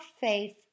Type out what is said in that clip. faith